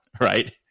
right